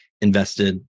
invested